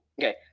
Okay